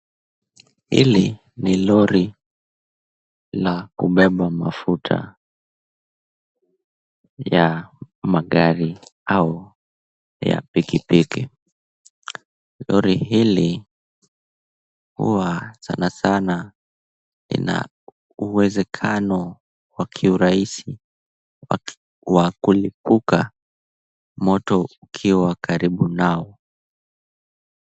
Hili ni lori la kubeba mafuta ya magari au ya pikipiki. Lori hili huwa sana sana ina uwezekano wa kiurahisi wa kulipuka moto ukiwa karibu nao.